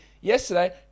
yesterday